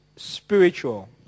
spiritual